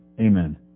Amen